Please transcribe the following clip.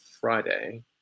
Friday